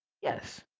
Yes